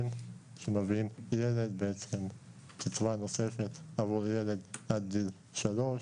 שמביאים קצבה נוספת עבור ילד עד גיל שלוש.